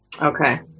Okay